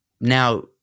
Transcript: now